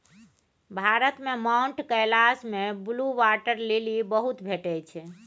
भारत मे माउंट कैलाश मे blue water lily बहुत भेटै छै